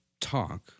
talk